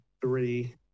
three